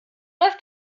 läuft